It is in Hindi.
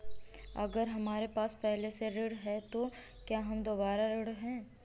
अगर हमारे पास पहले से ऋण है तो क्या हम दोबारा ऋण हैं?